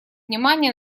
внимание